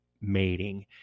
mating